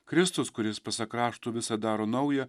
kristus kuris pasak raštų visa daro nauja